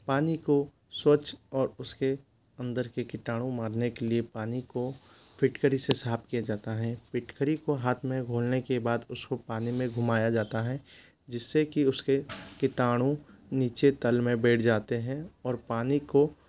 पानी को स्वच्छ और उसके अंदर के कीटाणु मारने के लिए पानी को फिटकरी से साफ किया जाता है फिटकरी को हाथ में घोलने के बाद उसको पानी में घुमाया जाता है जिससे कि उसके कीटाणु नीचे तल में बैठ जाते हैं और पानी को